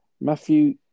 Matthew